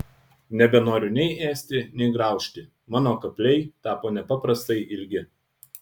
nebenoriu nei ėsti nei graužti mano kapliai tapo nepaprastai ilgi